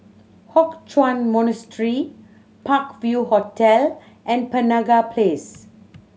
Hock Chuan Monastery Park View Hotel and Penaga Place